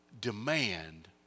demand